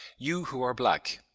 you who are black.